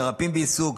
מרפאים בעיסוק,